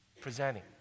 presenting